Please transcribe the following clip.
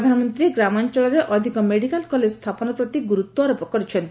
ପ୍ରଧାନମନ୍ତ୍ରୀ ଗ୍ରାମାଞ୍ଚଳରେ ଅଧିକ ମେଡ଼ିକାଲ କଲେଜ ସ୍ଥାପନ ପ୍ରତି ଗୁରୁତ୍ୱ ଆରୋପ କରିଛନ୍ତି